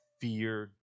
fear